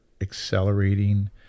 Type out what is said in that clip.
accelerating